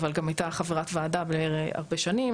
אבל גם הייתה חברת ועדה הרבה שנים,